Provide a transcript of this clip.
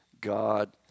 God